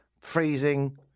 freezing